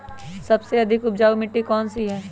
सबसे अधिक उपजाऊ मिट्टी कौन सी हैं?